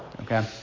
okay